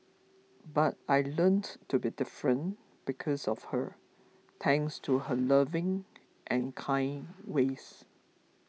but I learnt to be different because of her thanks to her loving and kind ways